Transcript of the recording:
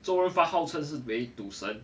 周润发号称是位是赌神